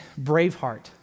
Braveheart